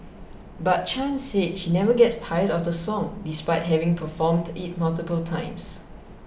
but Chan said she never gets tired of the song despite having performed it multiple times